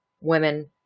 women